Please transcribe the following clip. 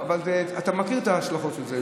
אבל אתה מכיר את ההשלכות של זה,